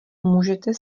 můžete